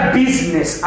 business